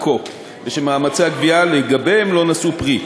כה ושמאמצי הגבייה לגביהם לא נשאו פרי.